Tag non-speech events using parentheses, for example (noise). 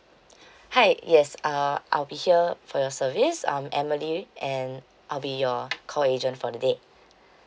(breath) hi yes uh I'll be here for your service I'm emily and I'll be your call agent for the day